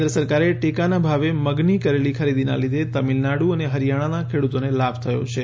કેન્દ્ર સરકારે ટેકાનાં ભાવે મગની કરેલી ખરીદીનાં લીધે તમીલનાડુ અને હરીયાણાનાં ખેડૂતોને લાભ થયો છે